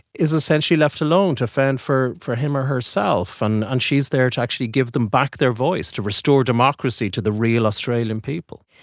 is essentially left alone to fend for for him or herself, and and she is there to actually give them back their voice, to restore democracy to the real australian people.